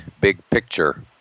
big-picture